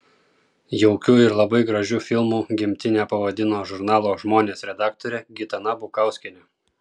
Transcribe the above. jaukiu ir labai gražiu filmu gimtinę pavadino žurnalo žmonės redaktorė gitana bukauskienė